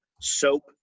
Soap